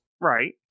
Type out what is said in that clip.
right